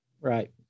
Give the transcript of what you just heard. Right